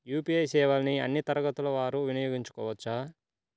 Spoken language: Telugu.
యూ.పీ.ఐ సేవలని అన్నీ తరగతుల వారు వినయోగించుకోవచ్చా?